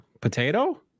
potato